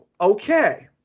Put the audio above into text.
Okay